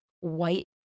white